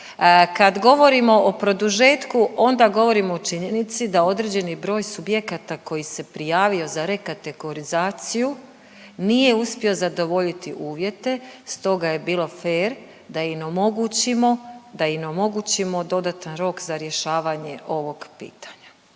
Kad govorimo o produžetku onda govorimo o činjenici da određeni broj subjekata koji se prijavio za rekategorizaciju nije uspio zadovoljiti uvjete, stoga je bilo fer da im omogućimo, da im omogućimo dodatan rok za rješavanje ovog pitanja.